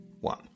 one